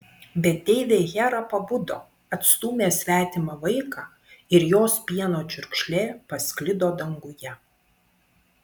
bet deivė hera pabudo atstūmė svetimą vaiką ir jos pieno čiurkšlė pasklido danguje